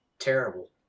terrible